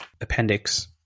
appendix